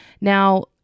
Now